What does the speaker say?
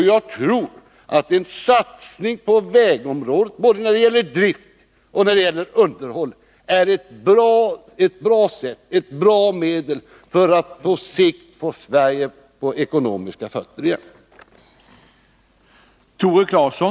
Jag tror att en satsning på vägområdet både när det gäller drift och när det gäller underhåll är ett bra sätt att på sikt få Sveriges ekonomi på fötter igen.